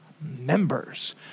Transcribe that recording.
members